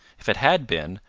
if it had been,